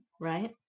right